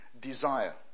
desire